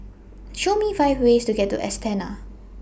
Show Me five ways to get to Astana